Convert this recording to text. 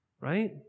right